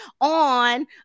on